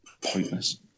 pointless